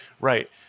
right